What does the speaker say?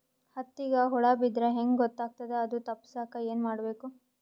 ಹತ್ತಿಗ ಹುಳ ಬಿದ್ದ್ರಾ ಹೆಂಗ್ ಗೊತ್ತಾಗ್ತದ ಅದು ತಪ್ಪಸಕ್ಕ್ ಏನ್ ಮಾಡಬೇಕು?